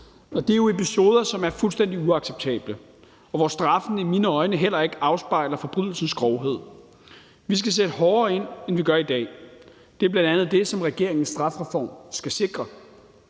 Det er jo episoder, som er fuldstændig uacceptable, og hvor straffen i mine øjne heller ikke afspejler forbrydelsens grovhed. Vi skal sætte hårdere ind, end vi gør i dag. Det er bl.a. det, som regeringens strafreform skal sikre.